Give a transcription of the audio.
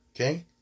Okay